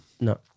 No